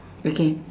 okay